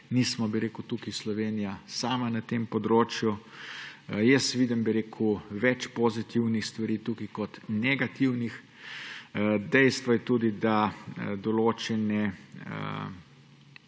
mi smo, bi rekel, da je tukaj Slovenija sama na tem področju. Jaz vidim več pozitivnih stvari tukaj kot negativnih. Dejstvo je tudi, da določeni